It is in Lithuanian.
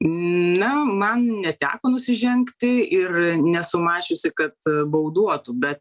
na man neteko nusižengti ir nesu mačiusi kad bauduotų be